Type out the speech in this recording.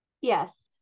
Yes